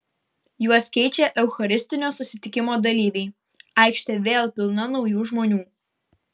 juos keičia eucharistinio susitikimo dalyviai aikštė vėl pilna naujų žmonių